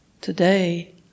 today